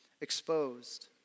exposed